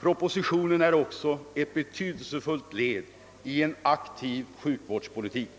Propositionen är också ett betydelsefullt led i en aktiv sjukvårdspolitik.